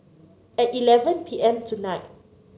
at eleven P M tonight